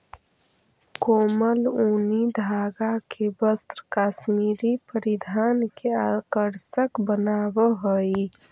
कोमल ऊनी धागा के वस्त्र कश्मीरी परिधान के आकर्षक बनावऽ हइ